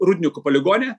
rūdninkų poligone